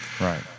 Right